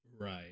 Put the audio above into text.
Right